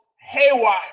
haywire